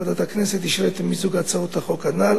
ועדת הכנסת אישרה את מיזוג הצעות החוק הנ"ל